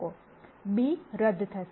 b રદ થશે